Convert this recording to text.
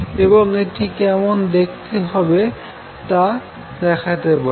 এবং এটি কেমন দেখতে হপবে টা দেখাতে পারি